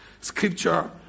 scripture